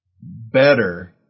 better